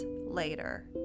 later